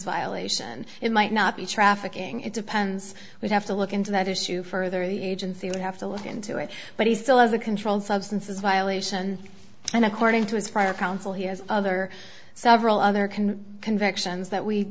violation it might not be trafficking it depends we have to look into that issue further the agency would have to look into it but he still has a controlled substances violation and according to his fire counsel he has other several other can convictions that we